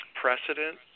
precedent